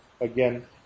again